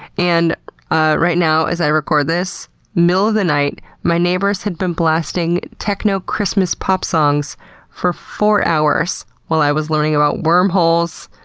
and ah right now, as i record this middle of the night my neighbours have been blasting techno christmas pop songs for four hours, while i was learning about wormholes.